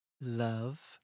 love